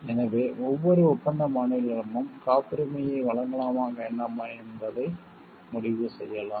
எனவே ஒவ்வொரு ஒப்பந்த மாநிலமும் காப்புரிமையை வழங்கலாமா வேண்டாமா என்பதை முடிவு செய்யலாம்